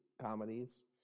comedies